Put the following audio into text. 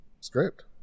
script